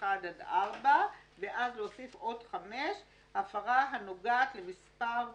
פסקאות (1) (4)," ואז להוסיף את פסקה (5): "הפרה הנוגעת למספר"